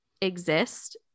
exist